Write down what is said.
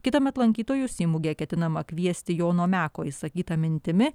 kitąmet lankytojus į mugę ketinama kviesti jono meko išsakyta mintimi